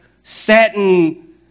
satin